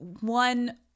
one